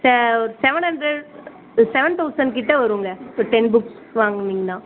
செ ஒரு seven hundred ஒரு செவன் தௌசண்ட் கிட்ட வருங்க இப்போ டென் புக்ஸ் வாங்கினீங்கன்னா